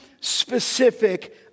specific